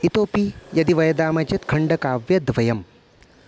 इतोपि यदि वदामः चेत् खण्डकाव्यद्वयम्